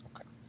Okay